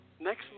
next